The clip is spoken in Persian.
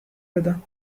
بدم